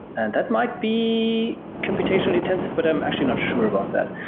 and that might be computationally intensive, but i'm actually not sure about that.